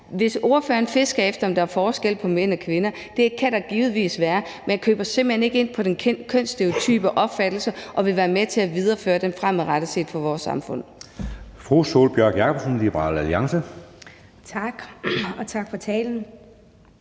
Hvis ordføreren fisker efter, om der er forskel på mænd og kvinder, vil jeg sige, at det kan der givetvis være, men jeg køber simpelt hen ikke ind på den kønsstereotype opfattelse og vil ikke være med til at videreføre den fremadrettet i forhold til vores samfund.